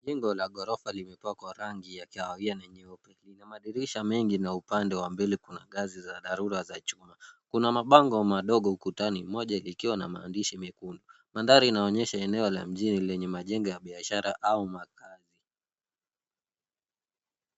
Jengo la ghorofa limepakwa rangi ya kahawia na nyeupe. Lina madirisha mengi na upande wa mbele kuna ngazi za dharura za chuma. Kuna mabango madogo ukutani moja likiwa na maandishi mekundu. Mandhari inaonyesha eneo la mjini lenye majengo ya biashara au makaazi.